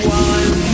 one